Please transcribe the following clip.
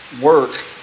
work